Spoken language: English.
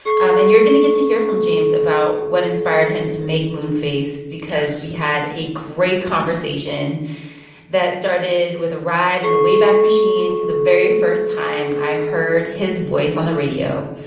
and you're going to get to hear from james about what inspired him to make moonface because we had a great conversation that started with a ride in the wayback machine to the very first time i heard his voice on the radio.